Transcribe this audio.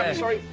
ah sorry.